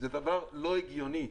זה דבר לא הגיוני.